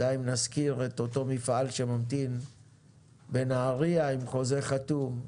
די אם נזכיר את אותו מפעל שממתין בנהריה עם חוזה חתום,